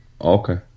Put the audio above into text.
Okay